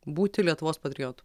būti lietuvos patriotu